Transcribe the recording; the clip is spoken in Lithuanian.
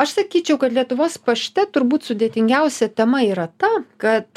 aš sakyčiau kad lietuvos pašte turbūt sudėtingiausia tema yra ta kad